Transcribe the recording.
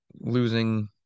losing